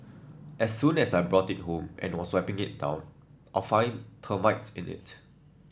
as soon as I brought it home and also I wipe it down I found termites in it